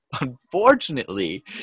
Unfortunately